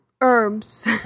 Herbs